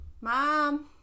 Mom